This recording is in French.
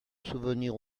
souvenir